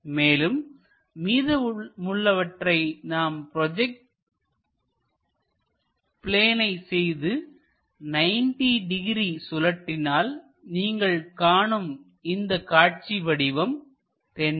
மேலும் மீதமுள்ளவற்றை நாம் ப்ரோஜெக்ட் பிளேனை செய்து 90 டிகிரி சுழற்றினால் நீங்கள் காணும் இந்த காட்சி வடிவம் தென்படும்